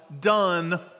done